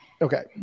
Okay